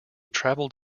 traveled